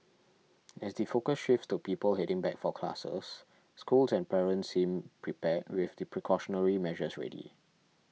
as the focus shifts to people heading back for classes schools and parents seem prepared with the precautionary measures ready